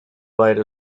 bite